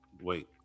Wait